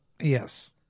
Yes